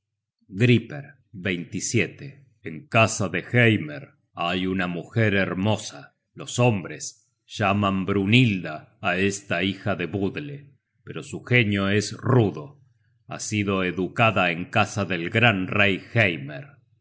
griper en casa de heimer hay una mujer her mosa los hombres llaman brynhilda á esta hija de budle pero su genio es rudo ha sido educada en casa del gran rey